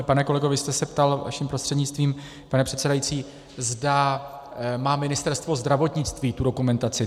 Pane kolego, vy jste se ptal, vaším prostřednictvím, pane předsedající, zda má Ministerstvo zdravotnictví tu dokumentaci.